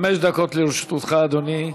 חמש דקות לרשותך, אדוני.